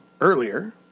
earlier